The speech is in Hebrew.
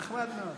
נחמד מאוד.